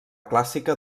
clàssica